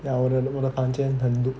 yeah I wouldn't wanna 我的房间真的很 noob